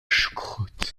choucroute